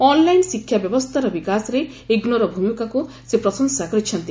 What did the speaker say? online ଶିକ୍ଷା ବ୍ୟବସ୍ଥାର ବିକାଶରେ ଇଗ୍ନୋର ଭୂମିକାକୁ ସେ ପ୍ରଶଂସା କରିଛନ୍ତି